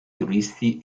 turisti